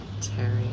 Terry